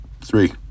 three